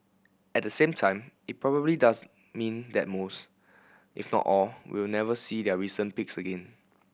at the same time it probably does mean that most if not all will never see their recent peaks again